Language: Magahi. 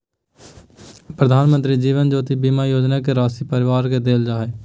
प्रधानमंत्री जीवन ज्योति बीमा योजना के राशी परिवार के देल जा हइ